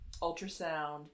ultrasound